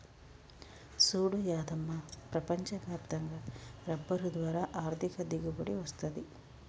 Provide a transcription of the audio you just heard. సూడు యాదమ్మ ప్రపంచ వ్యాప్తంగా రబ్బరు ద్వారా ఆర్ధిక దిగుబడి వస్తది